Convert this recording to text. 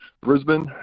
Brisbane